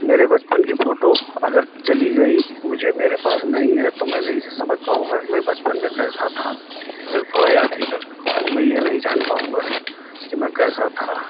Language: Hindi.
मेरे बचपन की फोटो अगर चली गई मुझे मेरे पास नहीं है तो मैं नहीं जे समझ पाऊँगा कि मैं बचपन में कैसा था सिर्फ थोड़ा याद ही कर सकता हूँ मैं ये नहीं जान पाऊँगा कि मैं कैसा था